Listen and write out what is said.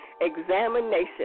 examination